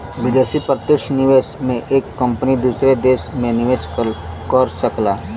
विदेशी प्रत्यक्ष निवेश में एक कंपनी दूसर देस में निवेस कर सकला